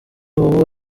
ubu